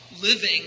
living